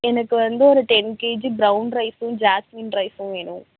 எனக்கு வந்து ஒரு டென் கேஜி ப்ரவுண் ரைஸ்ஸும் ஜாஸ்மின் ரைஸ்ஸும் வேணும்